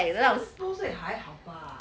算是 school 会还好吧